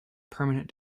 permanent